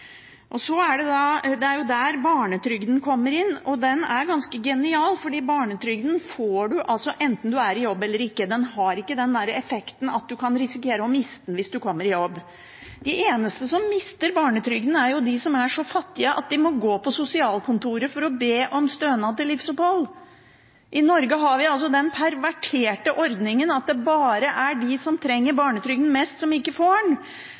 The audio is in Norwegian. Det er jo der barnetrygden kommer inn, og den er ganske genial, for barnetrygden får man enten man er i jobb eller ikke. Den har ikke den effekten at man kan risikere å miste den hvis man kommer i jobb. De eneste som mister barnetrygden, er jo dem som er så fattige at de må gå på sosialkontoret for å be om stønad til livsopphold. I Norge har vi den perverterte ordningen at det bare er de som trenger barnetrygden mest, som ikke får den.